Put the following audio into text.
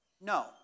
No